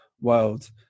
world